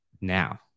Now